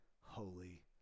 holy